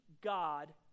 God